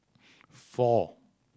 four